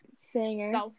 singer